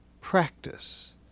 practice